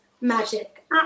magic